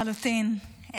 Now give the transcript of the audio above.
לחלוטין.